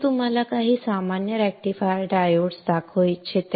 आपल्याला काही सामान्य रेक्टिफायर डायोड्स दाखवू इच्छितो